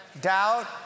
doubt